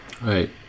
Right